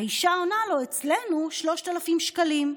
האישה עונה לו: אצלנו 3,000 שקלים.